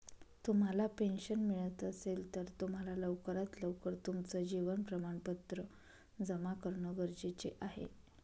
तुम्हाला पेन्शन मिळत असेल, तर तुम्हाला लवकरात लवकर तुमचं जीवन प्रमाणपत्र जमा करणं गरजेचे आहे